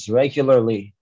regularly